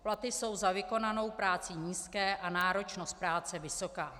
Platy jsou za vykonanou práci nízké a náročnost práce vysoká.